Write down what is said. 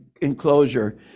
enclosure